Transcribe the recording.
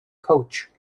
coach